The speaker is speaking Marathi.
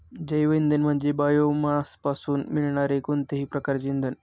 जैवइंधन म्हणजे बायोमासपासून मिळणारे कोणतेही प्रकारचे इंधन